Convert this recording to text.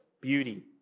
beauty